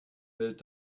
wild